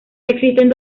existen